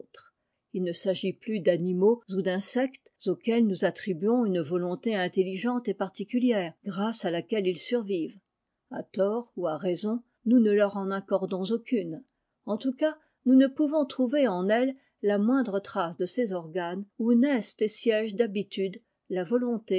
il ne s'agit plus d'animaux ou d'insectes auxquels nous attribuons une volonté intelligente et particulière grâce à laquelle ils survivent a tort ou à raison nous ne leur en accordons aucune en tout cas nous ne pouvons trouver en elles la moindre trace de ces organes où naissent et siègent d'habitude la volonté